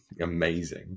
amazing